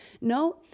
No